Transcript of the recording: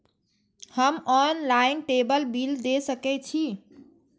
हम online table bill दे सके छी?